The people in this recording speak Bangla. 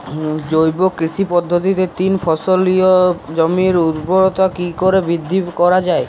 জৈব কৃষি পদ্ধতিতে তিন ফসলী জমির ঊর্বরতা কি করে বৃদ্ধি করা য়ায়?